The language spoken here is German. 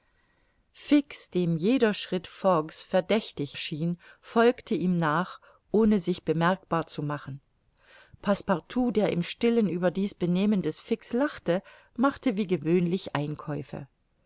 fix dem jeder schritt fogg's verdächtig schien folgte ihm nach ohne sich bemerkbar zu machen passepartout der im stillen über dies benehmen des fix lachte machte wie gewöhnlich einkäufe